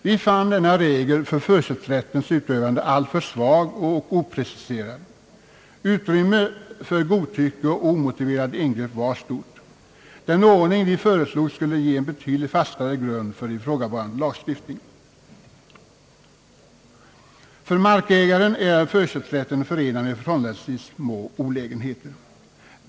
Vi fann denna regel för förköpsrättens utövande alltför svag och opreciserad. Utrymmet för godtycke och omotiverade ingrepp var stort. Den ordning vi föreslog skulle ge en betydligt fastare grund för ifrågavarande lagstiftning. För markägaren är förköpsrätten förenad med förhållandevis små olägenheter.